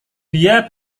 dia